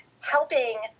helping